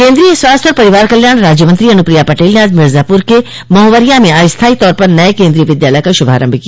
केन्द्रीय स्वास्थ्य और परिवार कल्याण राज्य मंत्री अनुप्रिया पटेल ने आज मिर्ज़ापुर के महुवरियां में अस्थाई तौर पर नये केन्द्रीय विद्यालय का शुभारम्भ किया